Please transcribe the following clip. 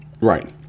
right